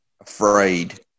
afraid